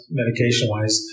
medication-wise